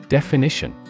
Definition